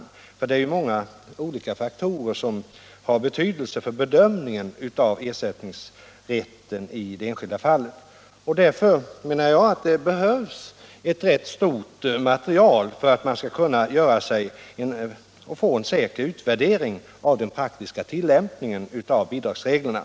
Det är dessutom många olika faktorer som har betydelse för bedömning av ersättningsrätten i de enskilda fallen. Därför menar jag att det behövs ett rätt stort material för att man skall kunna få en säker utvärdering av den praktiska tilllämpningen av bidragsreglerna.